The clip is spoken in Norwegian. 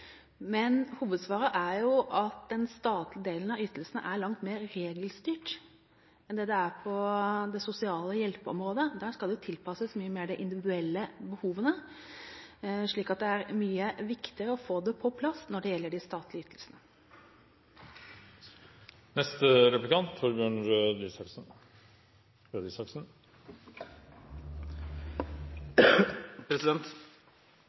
Men hovedsvaret er at den statlige delen av ytelsene er langt mer regelstyrt enn det det er på det sosiale hjelpeområdet. Der skal det tilpasses mye mer de individuelle behovene, slik at det er mye viktigere å få det på plass når det gjelder de statlige